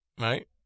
Right